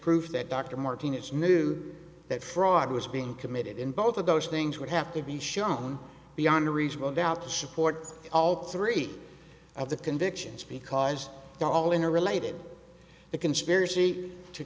proof that dr martinez knew that fraud was being committed in both of those things would have to be shown beyond a reasonable doubt supports all three of the convictions because they're all interrelated the conspiracy to